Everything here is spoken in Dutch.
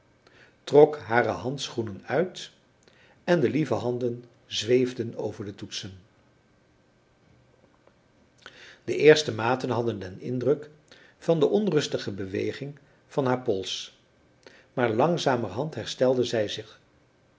trok hare handschoenen uit en de lieve handen zweefden over de toetsen de eerste maten hadden den indruk van de onrustige beweging van haar pols maar langzamerhand herstelde zij zich